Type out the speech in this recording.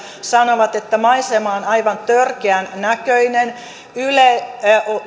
sanovat että maisema on aivan törkeän näköinen yle